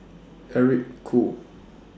Eric Khoo